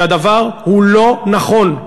שהדבר אינו נכון.